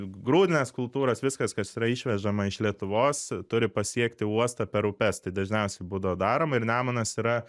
grūdinės kultūros viskas kas yra išvežama iš lietuvos turi pasiekti uostą per upes tai dažniausiai būdavo daroma ir nemunas yra